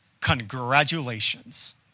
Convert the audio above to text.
Congratulations